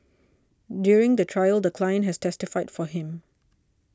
during the trial the client has testified for him